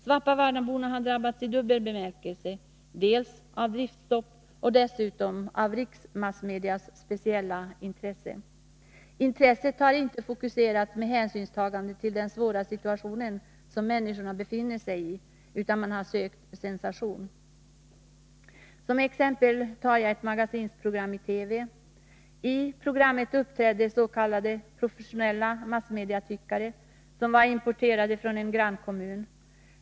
Svappavaaraborna har drabbats i dubbel bemärkelse, dels av driftstopp, dels av riksmassmedias speciella intresse. Intresset har inte fokuserats med hänsyntagande till den svåra situation som människorna befinner sig i utan man har sökt sensation. Som exempel tar jag ett Magasinsprogram i TV. I programmet uppträdde ”professionella massmediatyckare” som var importerade från en grannkommun.